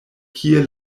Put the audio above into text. kie